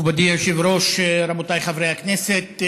מכובדי היושב-ראש, רבותיי חברי הכנסת,